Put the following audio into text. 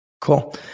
Cool